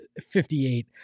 58